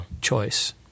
choice